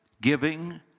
giving